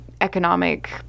economic